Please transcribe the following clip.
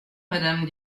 madame